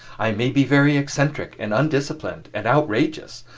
i may be very eccentric, and undisciplined, and outrageous,